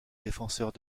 défenseurs